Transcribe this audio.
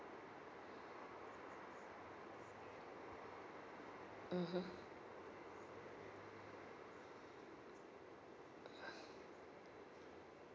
mmhmm